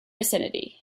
vicinity